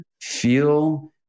feel